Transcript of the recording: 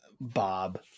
Bob